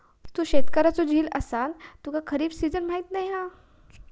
तू शेतकऱ्याचो झील असान तुका खरीप सिजन पण माहीत नाय हा